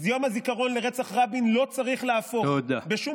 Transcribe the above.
יום הזיכרון לרצח רבין לא צריך להפוך בשום